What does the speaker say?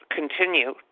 continue